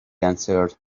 answered